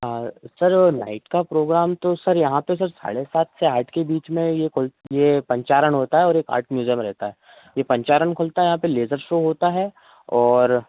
हाँ सर वो नाइट का प्रोग्राम तो सर यहाँ पर सर साढ़े सात से आठ के बीच में ये ये पंचारण होता है और एक आर्ट म्यूज़ियम रहता है ये पंचारन खुलता है यहाँ पर लेज़र शो होता है और